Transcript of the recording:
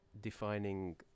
defining